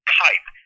type